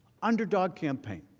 underdog campaign.